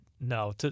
no